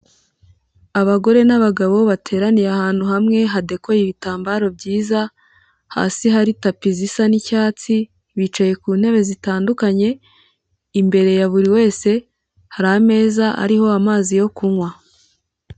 Abagore n'abagabo bateraniye ahantu hamwe hadekoye ibitambaro byiza, hasi hari tapi zisa ni'cyatsi, bicaye ku ntebe zitandukanye, imbere ya buri wese, hari ameza ariho amazi yo kunywa.